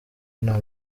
nta